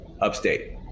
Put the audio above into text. upstate